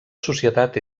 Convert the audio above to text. societat